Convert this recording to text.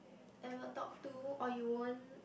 ever talk to or you won't